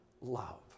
love